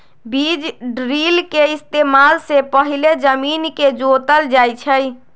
बीज ड्रिल के इस्तेमाल से पहिले जमीन के जोतल जाई छई